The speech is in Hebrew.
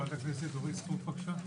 חברת הכנסת אורית סטרוק, בבקשה.